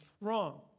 wrong